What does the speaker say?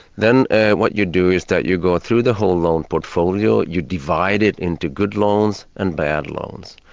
then what you do is that you go through the whole loan portfolio, you divide it into good loans and bad loans.